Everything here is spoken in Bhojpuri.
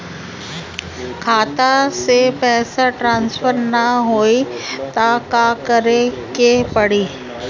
खाता से पैसा ट्रासर्फर न होई त का करे के पड़ी?